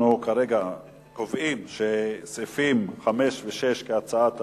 אנחנו קובעים שסעיפים 5 ו-6, כהצעת הוועדה,